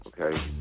Okay